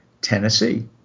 Tennessee